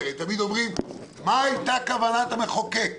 כי הרי תמיד אומרים: מה הייתה כוונת המחוקק.